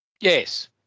Yes